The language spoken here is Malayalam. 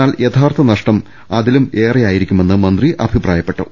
എന്നാൽ യഥാർത്ഥ നഷ്ടം അതിലും ഏറെയായിരിക്കുമെന്ന് മന്ത്രി അഭിപ്രായപ്പെട്ടു